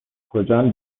کجان